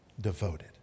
devoted